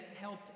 helped